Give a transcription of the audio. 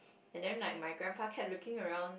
and then like my grandpa kept looking around